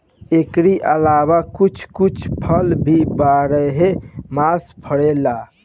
एकरी अलावा कुछ कुछ फल भी बारहो मास फरेला